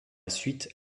suite